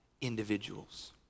individuals